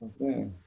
okay